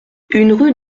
rue